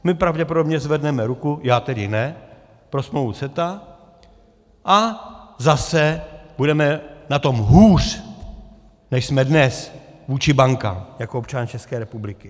My pravděpodobně zvedneme ruku já tedy ne pro smlouvu CETA a zase na tom budeme hůř, než jsme dnes vůči bankám jako občané České republiky.